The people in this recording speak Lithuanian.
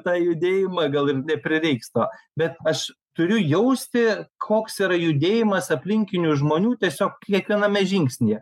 tą judėjimą gal ir neprireiks to bet aš turiu jausti koks yra judėjimas aplinkinių žmonių tiesiog kiekviename žingsnyje